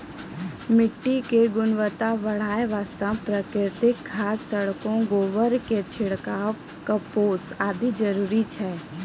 मिट्टी के गुणवत्ता बढ़ाय वास्तॅ प्राकृतिक खाद, सड़लो गोबर के छिड़काव, कंपोस्ट आदि जरूरी छै